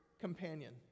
companion